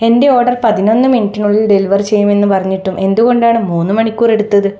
എന്റെ ഓർഡർ പതിനൊന്ന് മിനിറ്റിനുള്ളിൽ ഡെലിവർ ചെയ്യുമെന്ന് പറഞ്ഞിട്ടും എന്തുകൊണ്ടാണ് മൂന്ന് മണിക്കൂർ എടുത്തത്